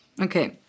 okay